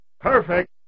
Perfect